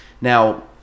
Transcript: now